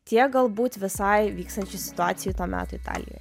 tiek galbūt visai vykstančių situacijai to meto italijoje